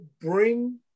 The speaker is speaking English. bring